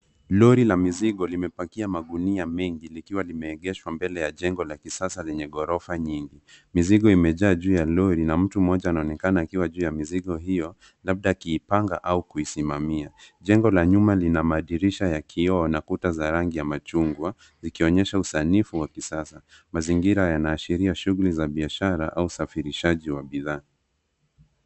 Lori la mizigo limepakia magunia mengi likiwa limeegeshwa mbele ya jengo la kisasa lenye ghorofa nyingi. Mizigo imejaa juu ya lori na mtu mmoja anaonekana akiwa juu ya mizigo hiyo, labda akiipanga au kusimamia. Jengo la nyuma lina madirisha ya kioo na kuta za rangi ya machungwa zikionyesha usanifu wa kisasa. Mazingira yanaashiria shughuli za kibiashara au usafirishaji wa bidhaa.